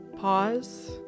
Pause